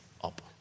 up